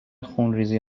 خونریزی